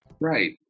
Right